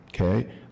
okay